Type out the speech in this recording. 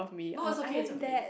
no it's okay it's okay